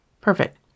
Perfect